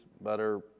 butter